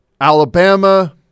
Alabama